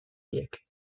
siècles